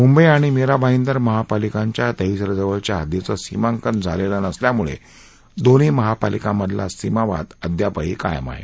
मुंबई आणि मिरा भाईदर महापालिकांच्या दहिसरजवळच्या हद्दीचं सीमांकन झालेलं नसल्यामुळे दोन्ही महापालिकांमधला सीमावाद अद्यापही कायम आहे